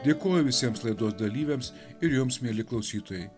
dėkoju visiems laidos dalyviams ir jums mieli klausytojai